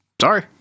Sorry